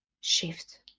shift